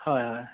হয় হয়